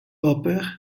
upper